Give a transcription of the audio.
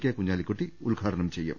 K Kunhalikutty ഉദ്ഘാ ടനം ചെയ്യും